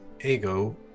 Ego